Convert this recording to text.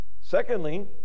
Secondly